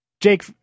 Jake